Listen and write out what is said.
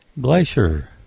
glacier